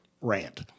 rant